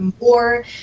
more